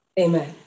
Amen